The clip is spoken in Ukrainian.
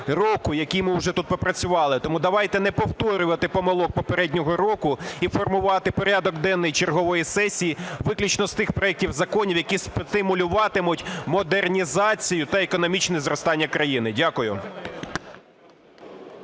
який ми вже тут пропрацювали. Тому давайте не повторювати помилок попереднього року і формувати порядок денний чергової сесії виключно з тих проектів законів, які стимулюватимуть модернізацію та економічне зростання країни. Дякую.